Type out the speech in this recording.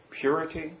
purity